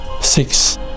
six